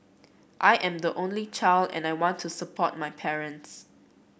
I am the only child and I want to support my parents